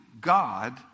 God